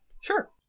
Sure